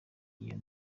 iyo